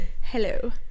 hello